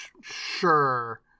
Sure